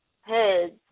heads